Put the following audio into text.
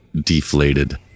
deflated